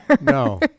No